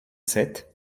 sept